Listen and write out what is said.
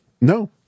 No